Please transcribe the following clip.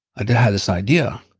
and had this idea.